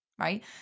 right